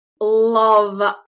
love